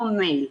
או מייל.